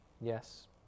yes